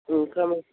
ఇంకా మీ